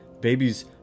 Babies